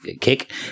kick